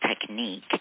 technique